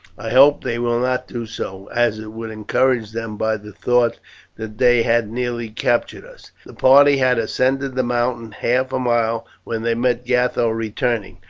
i hope they will not do so, as it would encourage them by the thought that they had nearly captured us. the party had ascended the mountain half a mile when they met gatho returning.